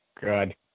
Good